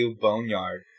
boneyard